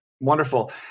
Wonderful